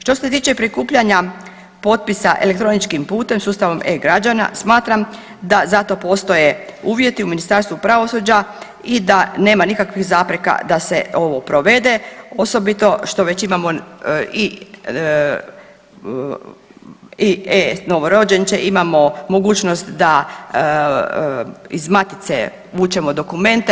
Što se tiče prikupljanja potpisa elektroničkim putem sustavom e-Građana smatram da za to postoje uvjeti u Ministarstvu pravosuđa i da nema nikakvih zapreka da se ovo provede osobito što već imamo i e-novorođenče, imamo mogućnost da iz matice vučemo dokumente.